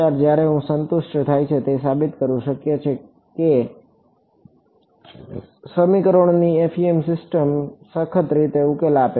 જ્યારે આ સંતુષ્ટ થાય છે ત્યારે તે સાબિત કરવું શક્ય છે કે સમીકરણોની FEM સિસ્ટમ સખત રીતે ઉકેલ આપે છે